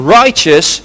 righteous